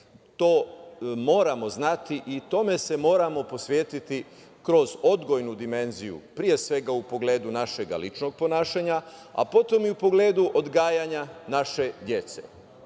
moramo znati i tome se moramo posvetiti kroz odgojnu dimenziju, pre svega u pogledu našega ličnog ponašanja, a potom i u pogledu odgajanja naše dece,